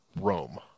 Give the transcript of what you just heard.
Rome